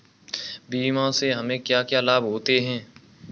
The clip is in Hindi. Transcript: बीमा से हमे क्या क्या लाभ होते हैं?